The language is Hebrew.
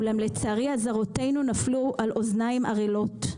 אולם, לצערי, אזהרותינו נפלו על אוזניים ערלות.